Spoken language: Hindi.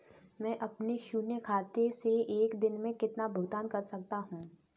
मैं अपने शून्य खाते से एक दिन में कितना भुगतान कर सकता हूँ?